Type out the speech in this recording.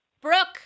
Brooke